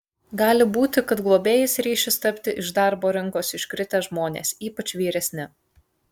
gali būti kad globėjais ryšis tapti iš darbo rinkos iškritę žmonės ypač vyresni